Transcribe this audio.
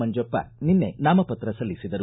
ಮಂಜಪ್ಪ ನಿನ್ನೆ ನಾಮಪತ್ರ ಸಲ್ಲಿಸಿದರು